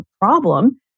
problem